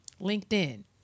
LinkedIn